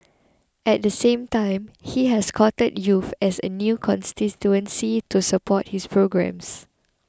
at the same time he has courted youth as a new constituency to support his programmes